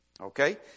Okay